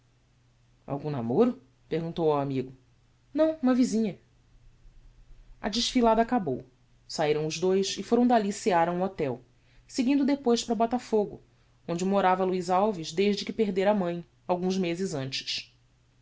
algum namoro perguntou ao amigo não uma visinha a desfilada acabou sairam os dous e foram dalli cear a um hotel seguindo depois para botafogo onde morava luiz alves desde que perdera a mãe alguns mezes antes